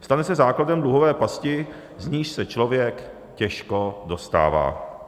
Stane se základem dluhové pasti, z níž se člověk těžko dostává.